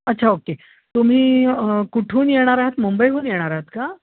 अच्छा ओके तुम्ही कुठून येणार आहात मुंबईहून येणार आहात का